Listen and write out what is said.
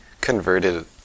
converted